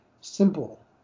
simple